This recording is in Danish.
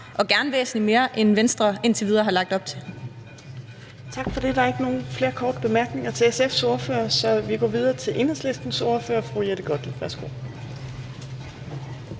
og gerne væsentlig mere, end Venstre indtil videre har lagt op til. Kl. 14:33 Fjerde næstformand (Trine Torp): Tak for det. Der er ikke flere korte bemærkninger til SF's ordfører, så vi går videre til Enhedslistens ordfører, fru Jette Gottlieb. Værsgo.